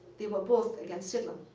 they were both against hitler.